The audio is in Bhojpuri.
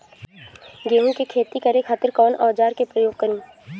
गेहूं के खेती करे खातिर कवन औजार के प्रयोग करी?